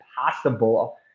possible